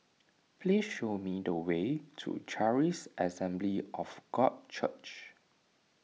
please show me the way to Charis Assembly of God Church